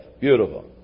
Beautiful